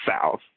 South